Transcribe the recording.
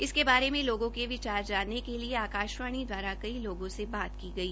इसके बारे में लोगों के विचार जानने के लिए आकाशवाणी द्वारा कई लोगों से बात की गई